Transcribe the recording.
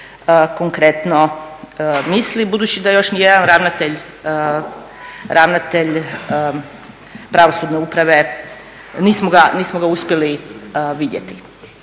konkretno misli budući da još ni jedan ravnatelj pravosudne uprave, nismo ga uspjeli vidjeti